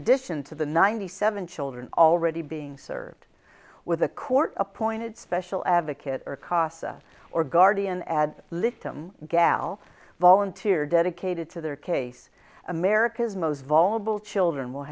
addition to the ninety seven children already being served with a court appointed special advocate or casa or guardian ad libitum gal volunteer dedicated to their case america's most vulnerable children will